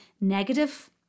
negative